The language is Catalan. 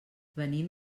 venim